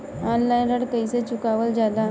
Online ऋण कईसे चुकावल जाला?